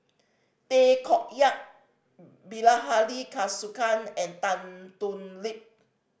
Tay Koh Yat Bilahari Kausikan and Tan Thoon Lip